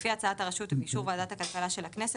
לפי הצעת הרשות ובאישור ועדת הכלכלה של הכנסת,